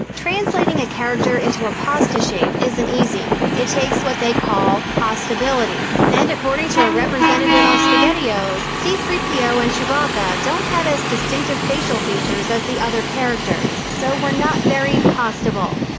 translating a character into a pasta shape isn't easy. it takes what they call pastabilty, and according to a representative of spaghettios, c three po and chewbacca don't have as distinctive facial features as the other characters, so were not very pastable.